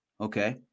okay